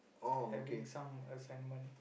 having some assignment